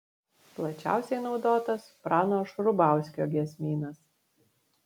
plačiausiai naudotas prano šrubauskio giesmynas